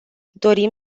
dorim